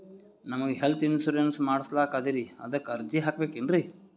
ನಮಗ health insurance ಮಾಡಸ್ಲಾಕ ಅದರಿ ಅದಕ್ಕ ಅರ್ಜಿ ಹಾಕಬಕೇನ್ರಿ?